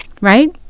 right